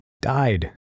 died